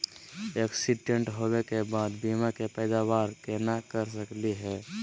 Accident होवे के बाद बीमा के पैदावार केना कर सकली हे?